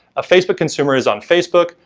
a facebook consumer is on facebook,